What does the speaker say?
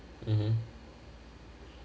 mmhmm